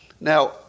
Now